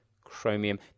Chromium